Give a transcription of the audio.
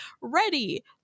ready